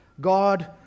God